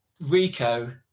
Rico